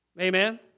Amen